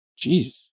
Jeez